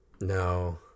No